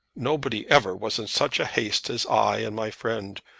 nobody ever was in such a haste as i and my friend.